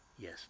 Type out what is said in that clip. Yes